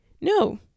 No